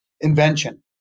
invention